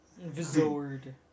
Visored